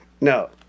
no